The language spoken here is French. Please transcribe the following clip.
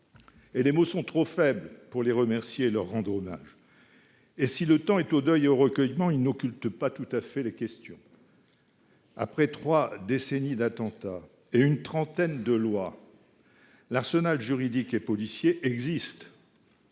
Les mots sont trop faibles pour les remercier et leur rendre hommage. Si le temps est au deuil et au recueillement, il n’occulte pas tout à fait celui des questions. Après trois décennies d’attentats et une trentaine de lois, l’arsenal juridique et policier existe.